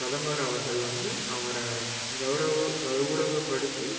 பிரதமர் அவர்கள் வந்து அவரை கௌவர கௌரவப்படுத்தி